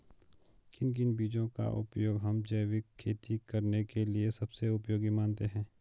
किन किन बीजों का उपयोग हम जैविक खेती करने के लिए सबसे उपयोगी मानते हैं?